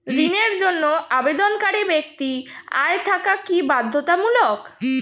ঋণের জন্য আবেদনকারী ব্যক্তি আয় থাকা কি বাধ্যতামূলক?